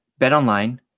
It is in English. BetOnline